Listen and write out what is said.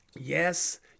Yes